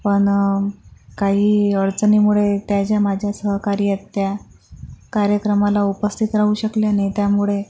पण काही अडचणीमुळे त्या ज्या माझ्या सहकारी एत त्या कार्यक्रमाला उपस्थित राहू शकल्या नाही त्यामुळे